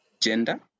gender